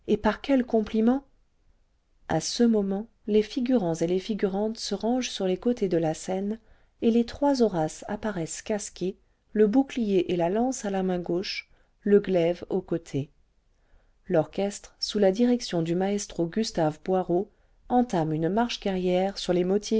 quels compliments a ce moment les figurants et les figurantes se rangent sur les côtés de la scène et les trois horaces apparaissent casqués le bouclier et la lanoe à la main gauche le glaive au côté l'orchestre sous la chrection du maestro gustave boirot entame une marche guerrière sur lés